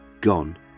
gone